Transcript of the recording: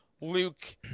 Luke